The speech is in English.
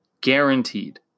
Guaranteed